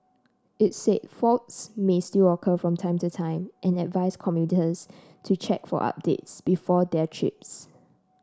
it said faults may still occur from time to time and advise commuters to check for updates before their trips